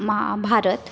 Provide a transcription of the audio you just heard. मा भारत